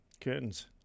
Curtains